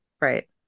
right